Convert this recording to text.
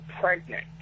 pregnant